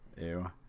Ew